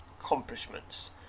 accomplishments